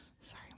Sorry